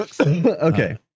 Okay